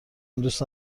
دوست